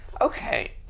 Okay